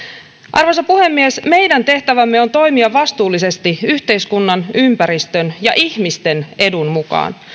arvoisa puhemies meidän tehtävämme on toimia vastuullisesti yhteiskunnan ympäristön ja ihmisten edun mukaan